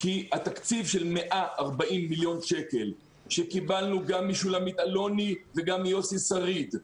כי התקציב של 140 מיליון שקל שקיבלנו גם משולמית אלוני וגם מיוסי שריד,